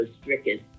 stricken